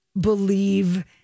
believe